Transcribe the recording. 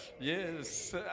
Yes